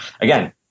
again